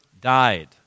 died